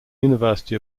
university